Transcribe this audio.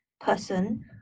person